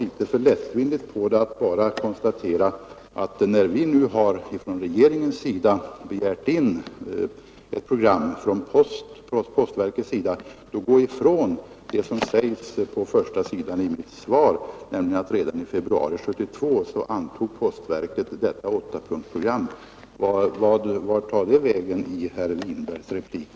Och när regeringen nu har begärt in ett program från posten tycker jag det är att ta litet för lättvindigt på det hela att gå ifrån det som sägs på första sidan i mitt svar, nämligen att redan i februari 1972 antog postverket detta åttapunktsprogram. Vart tar detta faktum vägen i herr Winbergs replik?